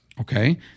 Okay